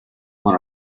want